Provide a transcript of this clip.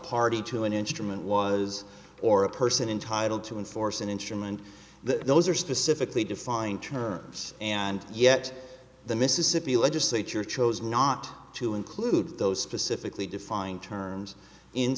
party to an instrument was or a person entitle to enforce an instrument that those are specifically defined terms and yet the mississippi legislature chose not to include those specifically defined terms in